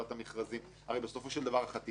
הרי בסופו של דבר החטיבה שאני